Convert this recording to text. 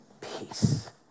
peace